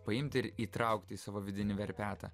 paimti ir įtraukti į savo vidinį verpetą